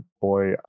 boy